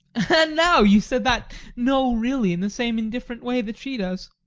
and now you said that no, really in the same indifferent way that she does.